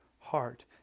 heart